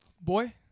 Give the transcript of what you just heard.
Boy